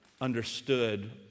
understood